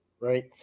Right